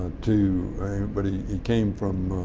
to but he he came from